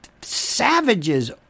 savages